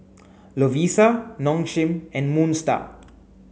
Lovisa Nong Shim and Moon Star